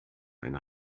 eine